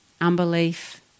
Unbelief